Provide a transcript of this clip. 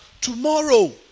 tomorrow